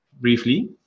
briefly